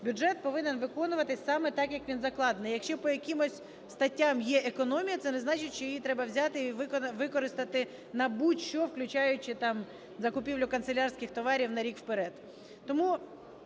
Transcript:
бюджет повинен виконуватись саме так, як він закладений. Якщо по якимось статтям є економія – це не значить, що її треба взяти і використати на будь-що, включаючи закупівлю канцелярських товарів на рік вперед.